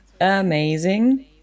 amazing